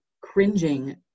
cringing